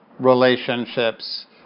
relationships